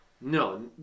No